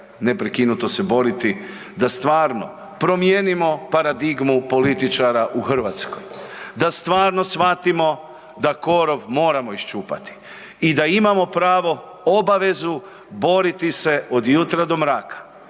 neprekinuto se boriti da stvarno promijenimo paradigmu političara u Hrvatskoj, da stvarno shvatimo da korov moramo iščupamo i da imamo pravo obavezu boriti se od jutra do mraka,